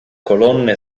colonne